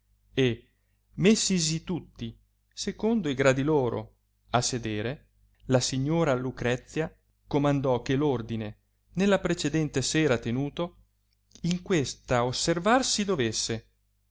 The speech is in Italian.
e messisi tutti secondo i gradi loro a sedere la signora lucrezia comandò che l'ordine nella precedente sera tenuto in questa osservar si dovesse